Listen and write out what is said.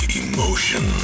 emotion